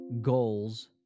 goals